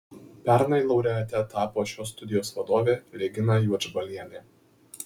pernai laureate tapo šios studijos vadovė regina juodžbalienė